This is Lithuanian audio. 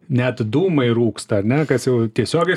net dūmai rūksta ane kas jau tiesiogiai